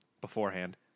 beforehand